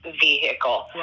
vehicle